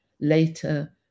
later